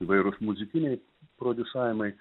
įvairūs muzikiniai prodiusavimai